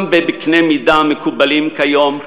גם בקני המידה המקובלים כיום,